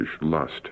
lust